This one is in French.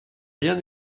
rien